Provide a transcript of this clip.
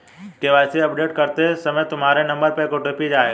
KYC update करते समय तुम्हारे नंबर पर एक ओ.टी.पी आएगा